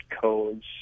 codes